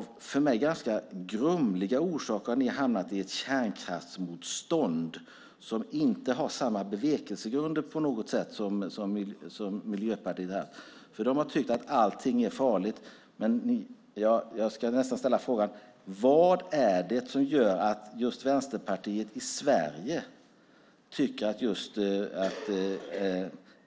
Av för mig ganska grumliga orsaker har ni hamnat i ett kärnkraftsmotstånd som inte på något sätt har samma bevekelsegrunder som Miljöpartiet har haft. De har tyckt att allting är farligt. Jag vill ställa frågan: Vad är det som gör att just Vänsterpartiet i Sverige tycker att